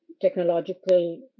technological